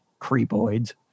creepoids